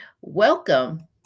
welcome